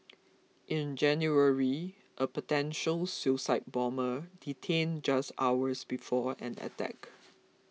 in January a potential suicide bomber detained just hours before an attack